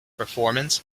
performance